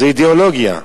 זה אידיאולוגיה.